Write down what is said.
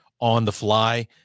on-the-fly